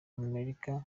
amerika